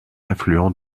affluent